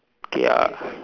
K ah